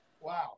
Wow